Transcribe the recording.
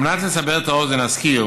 על מנת לסבר את האוזן נזכיר